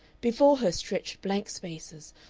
before her stretched blank spaces,